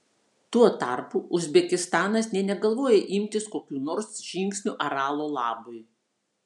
tuo tarpu uzbekistanas nė negalvoja imtis kokių nors žingsnių aralo labui